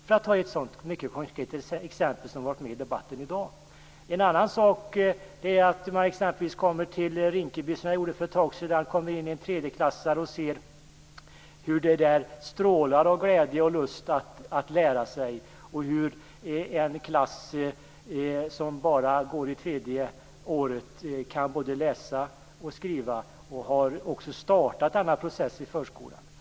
Det är ett mycket konkret exempel på något som har funnits med i debatten i dag. En annan sak är när man exempelvis kommer till Rinkeby, som jag gjorde för ett tag sedan. Då kan man komma in hos en grupp tredjeklassare och se hur det där strålar av glädje och lust att lära sig och hur en klass som bara går tredje året kan både läsa och skriva. Man har också startat denna process i förskolan.